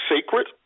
sacred